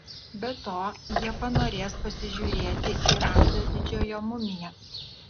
be to jie panorės pasižiūrėti į ramzio didžiojo mumiją